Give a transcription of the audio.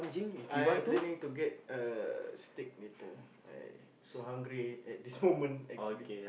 I planning to get a steak later I so hungry already at this moment actually